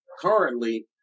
currently